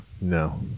no